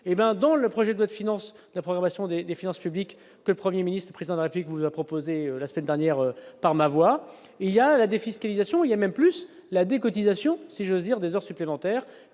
dans le projet de loi de finances, la progression des des finances publiques que le 1er ministre du président avec vous, a proposé la semaine dernière par ma voix, il y a la défiscalisation il y a même plus la des cotisations si j'ose dire, des heures supplémentaires